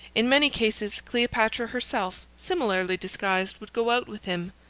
in many cases, cleopatra herself, similarly disguised, would go out with him.